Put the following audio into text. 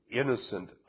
innocent